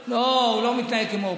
לא, הוא לא מתנהג כמו אופוזיציה.